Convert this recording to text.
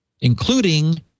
including